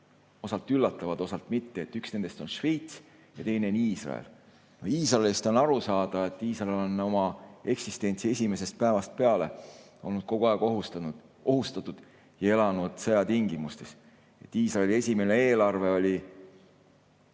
osalt üllatavad, osalt mitte. Üks nendest on Šveits ja teine on Iisrael. Iisraeli puhul on see arusaadav, Iisrael on oma eksistentsi esimesest päevast peale olnud kogu aeg ohustatud ja elanud sõjatingimustes. Iisraeli esimene eelarve oli